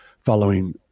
following